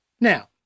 Now